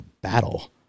battle